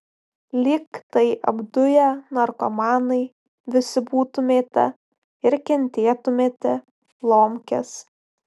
lyg tai apduję narkomanai visi būtumėte ir kentėtumėte lomkes